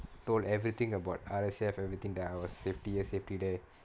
told everything about R_S_A_F everything that I was safety here safety there